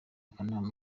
akanama